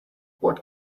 what